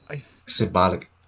symbolic